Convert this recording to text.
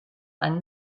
ein